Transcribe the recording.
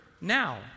Now